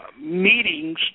meetings